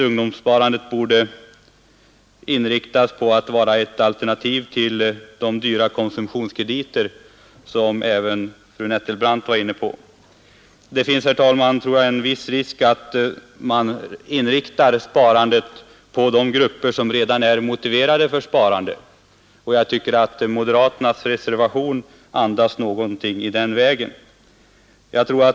Ungdomssparandet borde i stället inriktas på att vara ett alternativ till de dyra konsumtionskrediter, vilka även fru Nettelbrandt var inne på i sitt anförande. Det finns en viss risk för att man inriktar sparandet på de grupper som redan är motiverade för sparande. Moderaternas reservation andas någonting i den vägen.